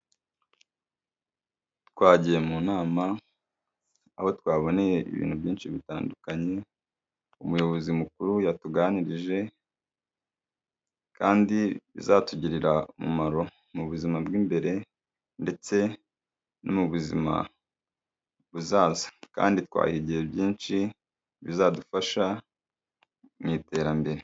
Twagiye mu nama aho twaboneye ibintu byinshi bitandukanye, umuyobozi mukuru yatuganirije kandi bizatugirira umumaro mu buzima bw'imbere ndetse no mu buzima buzaza, kandi twahigiye byinshi bizadufasha mu iterambere.